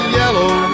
yellow